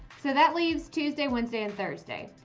so that leaves tuesday, wednesday and thursday.